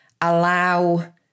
allow